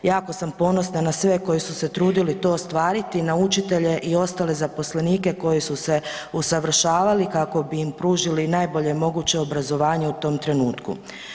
Jako sam ponosna na sve koji su se trudili to ostvariti, na učitelje i ostale zaposlenike koji su se usavršavali kako bi im pružili najbolje moguće obrazovanje u tom trenutku.